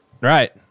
Right